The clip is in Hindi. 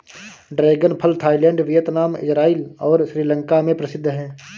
ड्रैगन फल थाईलैंड, वियतनाम, इज़राइल और श्रीलंका में प्रसिद्ध है